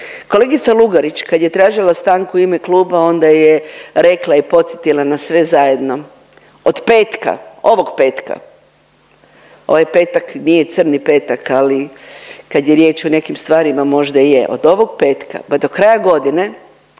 Kolegica Lugarić kad je tražila stanku u ime kluba onda je rekla i podsjetila nas sve zajedno. Od petka, ovog petka, ovaj petak nije crni petak, ali kad je riječ o nekim stvarima možda i je. Od ovog petka pa do kraja godine